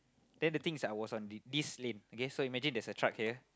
then the thing is I was on the this lane okay so imagine there is a truck here